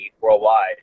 worldwide